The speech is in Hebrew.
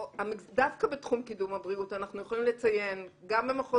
דווקא בתחום קידום הבריאות אנחנו יכולים לציין גם במחוז